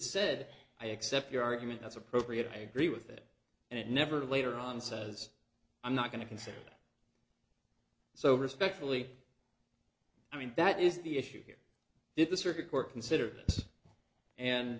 said i accept your argument that's appropriate i agree with it and it never later on says i'm not going to consider so respectfully i mean that is the issue here is the circuit court considered